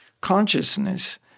consciousness